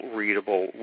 readable